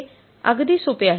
हे अगदी सोपे आहे